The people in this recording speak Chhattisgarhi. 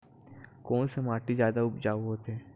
कोन से माटी जादा उपजाऊ होथे?